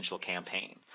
campaign